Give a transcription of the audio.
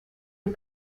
est